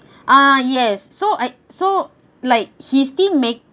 ah yes so I so like he's still make